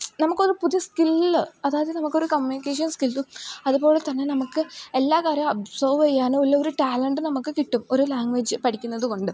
നമ്മൾക്കൊരു പുതു സ്കില്ല് അതായത് നമ്മൾക്കൊരു കമ്മ്യൂണിക്കേഷൻ സ്കില്ലും അതുപോലെതന്നെ നമുക്ക് എല്ലാ കാര്യം അബ്സോർവ് ചെയ്യാനും ഉള്ളൊരു ടാലൻ്റ് നമ്മൾക്ക് കിട്ടും ഒരു ലാംഗ്വേജ് പഠിക്കുന്നതുകൊണ്ട്